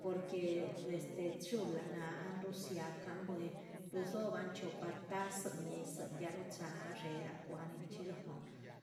Porque este chula náhan rudzia can bwín, rudzohoban chiopa tazin ñizihn ya ruchahan gadxéra cwa´hnin chxí lóhon,